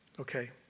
Okay